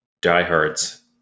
diehards